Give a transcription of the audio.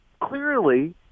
clearly